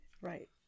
Right